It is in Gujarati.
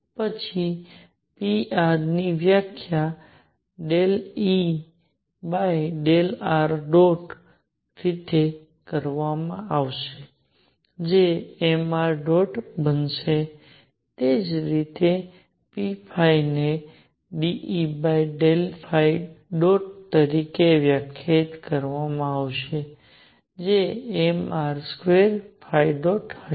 પછી pr ની વ્યાખ્યા ∂Er રીતે કરવામાં આવશે જે mr બનશે તે જ રીતે p ને ∂E તરીકે વ્યાખ્યાયિત કરવામાં આવશે જે mr2̇ હશે